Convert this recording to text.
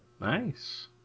Nice